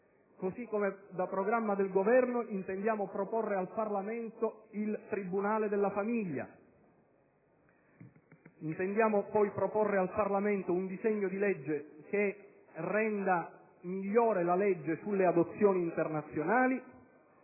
Così come da programma di Governo, intendiamo proporre al Parlamento il tribunale della famiglia, nonché un disegno di legge che renda migliore la legge sulle adozioni internazionali;